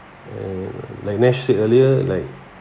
err like nesh said earlier like